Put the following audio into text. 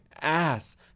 ass